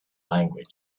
language